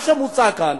מה שמוצע כאן,